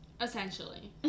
Essentially